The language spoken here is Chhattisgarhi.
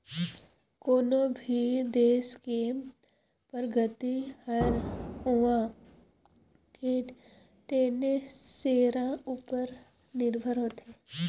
कोनो भी देस के परगति हर उहां के टटेन सेरा उपर निरभर होथे